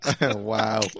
Wow